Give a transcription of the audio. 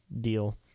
deal